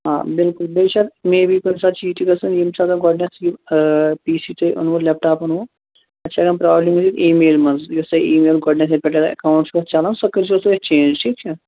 آ بِلکُل بیٚیہِ چھُ اتھ میے بی کُنہِ ساتہٕ چھُ یہِ تہِ گژھان ییٚمہِ ساتہٕ گۅڈٕنیٚتھ یہِ پی سی تۅہہِ اوٚنوٕ لیٚپ ٹاپ تۅہہِ اوٚنوٕ اچھا اتھ چھِ ہیٚکان پرٛابلِم گٔژھِتھ اِی میل منٛز یُس تۅہہِ اِی میل گۅڈٕنیٚتھ یتھ پیٚٹھ ایکاوُنٛٹ اوس چَلان سُہ کٔرۍزیٚو اتھ چینج ٹھیٖک چھا